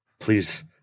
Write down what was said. Please